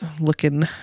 looking